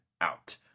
out